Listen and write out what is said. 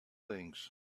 things